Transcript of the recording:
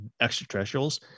extraterrestrials